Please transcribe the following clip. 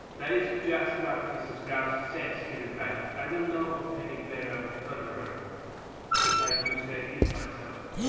that is just what mrs. grouse says, he replied. i don't know of any better thunderer if i do say it myself.